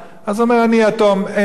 אז הוא אומר: אני יתום, אין לי סיכוי.